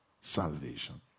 salvation